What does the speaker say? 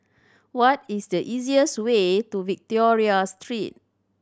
what is the easiest way to Victoria Street